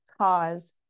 cause